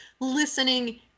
listening